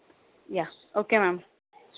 yeah okay ma'am